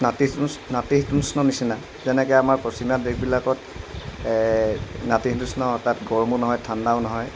নাতিশীতোষ্ণ নাতিশীতোষ্ণ নিচিনা যেনেকৈ আমাৰ পশ্চিমীয়া দেশবিলাকত নাতিশীতোষ্ণ তাত গৰমো নহয় ঠাণ্ডাও নহয়